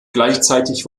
gleichzeitig